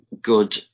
good